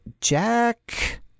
Jack